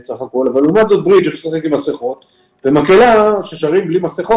דרך אגב, למקומות האלה מגיעים עם רכב,